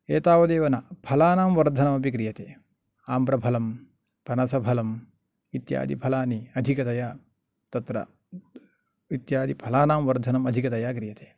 एतावदेव न फलानां वर्धनम् अपि क्रियते आम्रफलं पनसफलम् इत्यादि फलानि अधिकतया तत्र इत्यादि फलानां वर्धनम् अधिकतया क्रियते